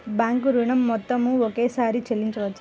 Bank ఋణం మొత్తము ఒకేసారి చెల్లించవచ్చా?